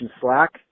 Slack